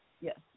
Yes